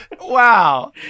Wow